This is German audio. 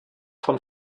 von